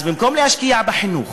אז במקום להשקיע בחינוך,